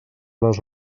les